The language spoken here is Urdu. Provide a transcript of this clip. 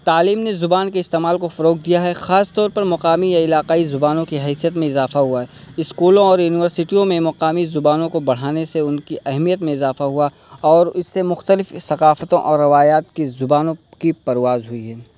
تعلیم نے زبان کے استعمال کو فروغ دیا ہے خاص طور پر مقامی علاقائی زبانوں کی حیثیت میں اضافہ ہوا ہے اسکولوں اور یونیورسٹیوں میں مقامی زبانوں کو بڑھانے سے ان کی اہمیت میں اضافہ ہوا اور اس سے مختلف ثقافتوں اور روایات کی زبانوں کی پرواز ہوئی ہے